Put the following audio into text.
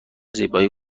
زیبایی